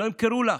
שלא ימכרו לך.